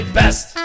best